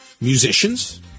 Musicians